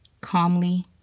calmly